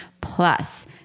Plus